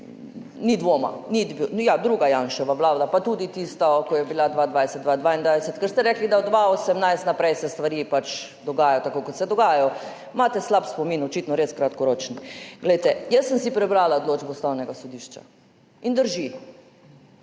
ni dvoma, ja, druga Janševa vlada. Pa tudi tista, ki je bila 2020–2022, ker ste rekli, da se od 2018 naprej stvari pač dogajajo tako, kot se dogajajo. Imate slab spomin, očitno res kratkoročen. Jaz sem si prebrala odločbo Ustavnega sodišča in drži.